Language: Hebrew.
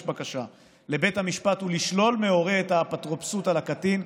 בקשה לבית המשפט לשלול מהורה את האפוטרופסות על הקטין.